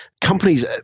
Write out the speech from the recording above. Companies